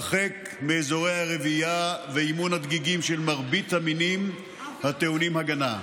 הרחק מאזורי הרבייה ואימון הדגיגים של מרבית המינים הטעונים הגנה.